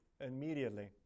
immediately